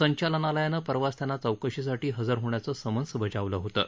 संचालनालयानं परवाच त्यांना चौकशीसाठी हजर होण्याचं समन्स बजावलं होतं